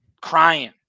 Crying